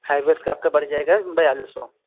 हेवेल्स का आपका पड़ जाएगा बयालीस सौ